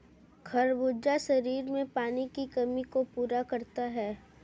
खरबूजा शरीर में पानी की कमी को पूरा करता है